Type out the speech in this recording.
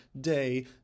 day